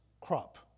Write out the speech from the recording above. crop